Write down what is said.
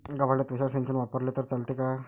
गव्हाले तुषार सिंचन वापरले तर चालते का?